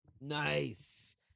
Nice